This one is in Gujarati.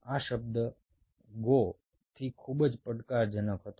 આ શબ્દ ગો થી ખૂબ જ પડકારજનક હતો